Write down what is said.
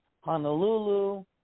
Honolulu